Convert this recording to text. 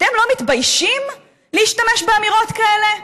אתם לא מתביישים להשתמש באמירות כאלה?